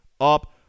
up